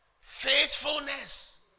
Faithfulness